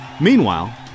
Meanwhile